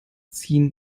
ziehen